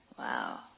Wow